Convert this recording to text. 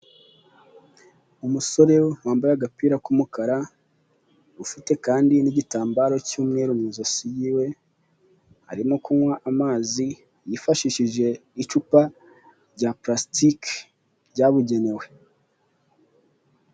Umusore wambaye agapira k'umukara, ufite kandi n'igitambaro cy'umweru mu ijosi y'iwe, arimo kunywa amazi yifashishije icupa rya plastic ryabugenewe.